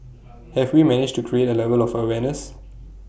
have we managed to create A level of awareness